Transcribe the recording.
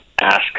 ask